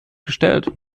gestellt